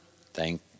Thank